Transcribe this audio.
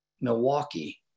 Milwaukee